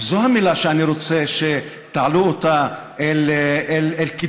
וזו המילה שאני רוצה שתעלו אותה אל קידמת